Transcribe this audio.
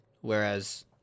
whereas